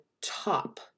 top